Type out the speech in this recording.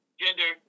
gender